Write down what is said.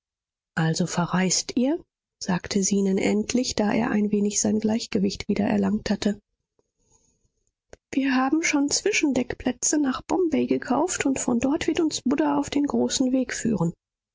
also verreist ihr sagte zenon endlich da er ein wenig sein gleichgewicht wiedererlangt hatte wir haben schon zwischendeckplätze nach bombay gekauft und von dort wird uns buddha auf den großen weg führen